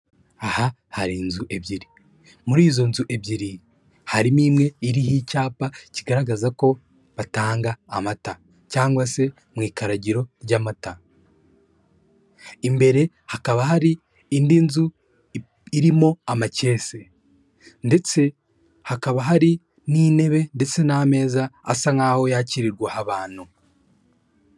Aha hari inzu ebyiri muri izo nzu ebyiri harimo imwe iriho icyapa kigaragaza ko batanga amata cyangwa se mu ikaragiro ry'amata, imbere hakaba hari indi nzu irimo amakese ndetse hakaba hari n'intebe ndetse n'ameza asa nk'aho yakirirwa abantu.